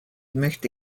möchte